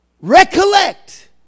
recollect